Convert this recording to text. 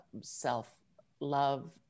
self-love